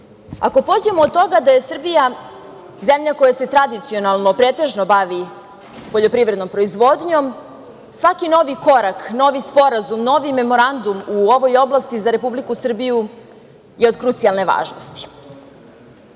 pođemo od toga da je Srbija zemlja koja se tradicionalno pretežno bavi poljoprivrednom proizvodnjom, svaki novi korak, novi sporazum, novi memorandum u ovoj oblasti za Republiku Srbiju je od krucijalne važnosti.